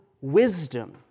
wisdom